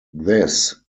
this